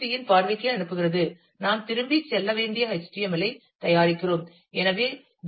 C யின் பார்வைக்கு அனுப்புகிறது நாம் திரும்பிச் செல்ல வேண்டிய HTML ஐத் தயாரிக்கிறோம்